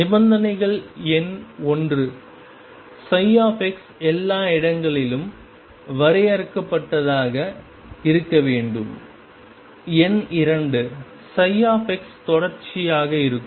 நிபந்தனைகள் எண் 1 ψ எல்லா இடங்களிலும் வரையறுக்கப்பட்டதாக இருக்க வேண்டும் எண் 2 ψ தொடர்ச்சியாக இருக்கும்